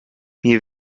mir